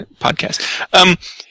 podcast